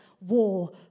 war